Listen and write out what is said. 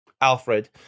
Alfred